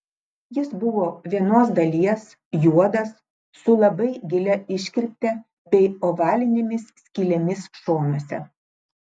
jis buvo vienos dalies juodas su labai gilia iškirpte bei ovalinėmis skylėmis šonuose